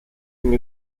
ging